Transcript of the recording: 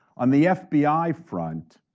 on the fbi front,